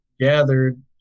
gathered